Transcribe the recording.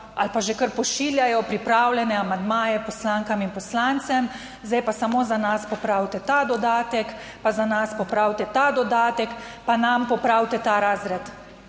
ali pa že kar pošiljajo pripravljene amandmaje poslankam in poslancem: "Zdaj pa samo za nas popravite ta dodatek, pa za nas popravite ta dodatek, pa nam popravite ta razred."